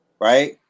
right